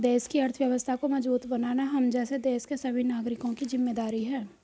देश की अर्थव्यवस्था को मजबूत बनाना हम जैसे देश के सभी नागरिकों की जिम्मेदारी है